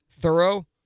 thorough